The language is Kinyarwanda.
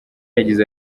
yagize